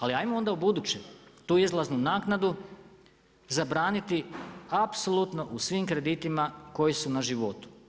Ali, ajmo onda u buće, tu izlaznu naknadu zabraniti apsolutno u svim kreditima koji su na životu.